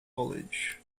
college